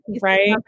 Right